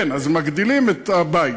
כן, אז מגדילים את הבית.